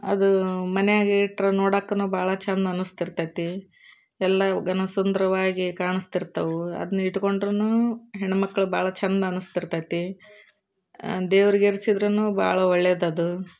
ಅದು ಮನೆಯಾಗೆ ಇಟ್ಟರೆ ನೋಡೋಕು ಭಾಳ ಚೆಂದ ಅನಿಸ್ತಿರ್ತೈತೆ ಎಲ್ಲವು ಘನ ಸುಂದ್ರವಾಗಿ ಕಾಣಿಸ್ತಿರ್ತವೆ ಅದನ್ನಿಟ್ಕೊಂಡ್ರು ಹೆಣ್ಣು ಮಕ್ಕಳು ಭಾಳ ಚೆಂದ ಅನಿಸ್ತಿರ್ತೈತೆ ದೇವರಿಗೇರ್ಸಿದ್ರು ಭಾಳ ಒಳ್ಳೆಯದು